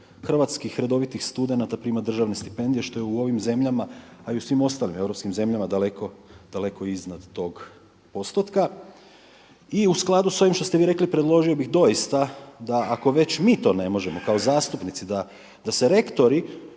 hrvatskih redovitih studenata prima državne stipendije što je u ovim zemljama, a i u svim ostalim europskim zemljama daleko iznad tog postotka. I u skladu s ovim što ste vi rekli predložio bih doista da ako već mi to ne možemo kao zastupnici da se rektori